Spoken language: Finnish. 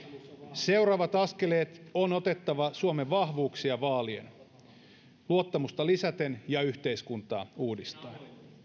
seuraavat askeleet on otettava suomen vahvuuksia vaalien luottamusta lisäten ja yhteiskuntaa uudistaen